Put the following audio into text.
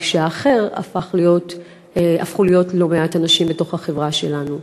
רק ש"האחר" הפכו להיות לא מעט אנשים בתוך החברה שלנו.